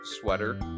sweater